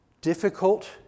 difficult